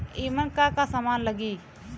ईमन का का समान लगी?